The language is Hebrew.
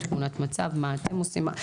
תמונת מצב, מה אתם עושים.